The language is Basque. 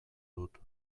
dut